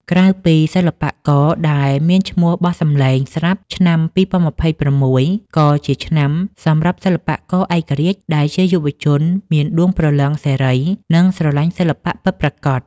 ក្រៅពីសិល្បករដែលមានឈ្មោះបោះសំឡេងស្រាប់ ឆ្នាំ ២០២៦ ក៏ជាឆ្នាំមាសសម្រាប់សិល្បករឯករាជ្យ ដែលជាយុវជនមានដួងព្រលឹងសេរី និងស្រឡាញ់សិល្បៈពិតប្រាកដ។